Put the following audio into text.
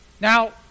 Now